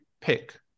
pick